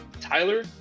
Tyler